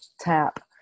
tap